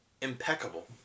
impeccable